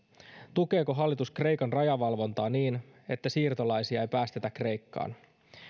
tukeeko hallitus kreikan rajavalvontaa niin että siirtolaisia ei päästetä kreikkaan